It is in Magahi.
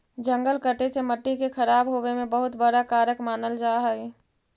जंगल कटे से मट्टी के खराब होवे में बहुत बड़ा कारक मानल जा हइ